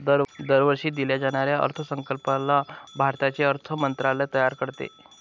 दरवर्षी दिल्या जाणाऱ्या अर्थसंकल्पाला भारताचे अर्थ मंत्रालय तयार करते